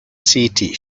city